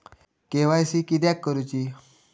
KYC किदयाक करूची?